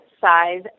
size